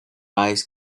eyes